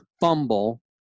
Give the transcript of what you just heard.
fumble